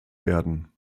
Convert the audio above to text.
werden